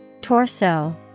Torso